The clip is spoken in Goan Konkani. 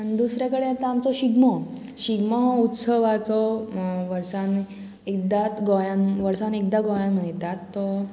आनी दुसरे कडेन येता आमचो शिगमो शिगमो हो उत्सवाचो वर्सान एकदांत गोंयान वर्सान एकदां गोंयान मनयतात तो